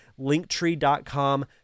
linktree.com